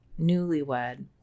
newlywed